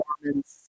performance